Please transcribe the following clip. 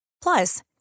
Plus